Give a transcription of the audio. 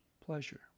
pleasure